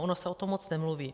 Ono se o tom moc nemluví.